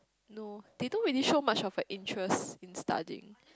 no they don't really show much of a interest in studying